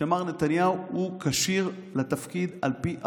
שמר נתניהו הוא כשיר לתפקיד על פי החוק.